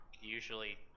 usually